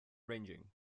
ranging